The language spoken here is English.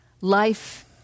life